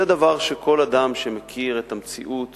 זה דבר שכל אדם שמכיר את המציאות